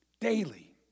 daily